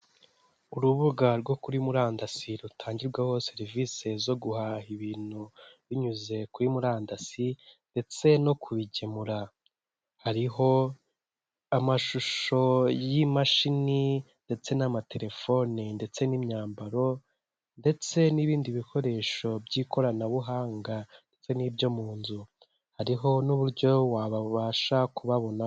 Urubuga rwo kuri murandasi rutangirwaho serivisi zo guhaha ibintu binyuze kuri murandasi ndetse no kubigemura, hariho amashusho y'imashini ndetse n'amatelefone ndetse n'imyambaro ndetse n'ibindi bikoresho by'ikoranabuhanga ndetse n'ibyo mu nzu, hariho n'uburyo wabasha kubabonamo.